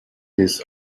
his